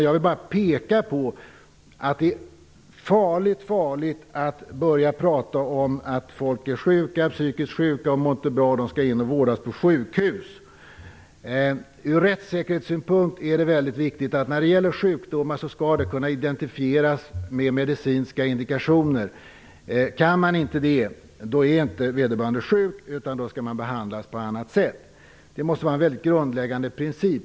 Jag vill bara peka på att det är farligt att prata om att människor är psykiskt sjuka, att de inte mår bra och att de skall vårdas på sjukhus. Ur rättssäkerhetssynpunkt är det viktigt att sjukdomar kan identifieras med medicinska indikationer. Om det inte kan göras är vederbörande inte sjuk. Då skall den personen behandlas på ett annat sätt. Det måste vara en grundläggande princip.